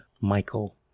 Michael